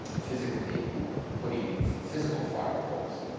physically putting in physical firewalls.